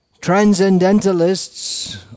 transcendentalists